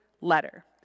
letter